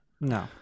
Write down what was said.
No